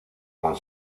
con